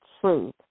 truth